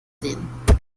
sehen